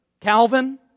Calvin